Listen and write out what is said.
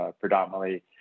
predominantly